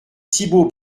thibault